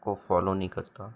को फॉलो नहीं करता